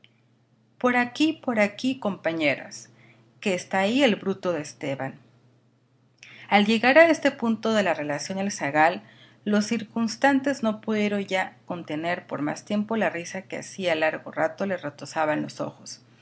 por aquí por aquí compañeras que está ahí el bruto de esteban al llegar a este punto de la relación el zagal los circunstantes no pudieron ya contener por más tiempo la risa que hacía largo rato les retozaba en los ojos